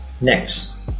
Next